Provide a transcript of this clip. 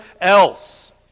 else